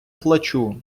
плачу